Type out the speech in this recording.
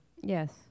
Yes